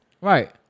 Right